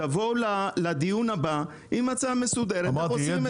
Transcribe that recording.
תבואו לדיון הבא עם הצעה מסודרת לגבי איך עושים את זה.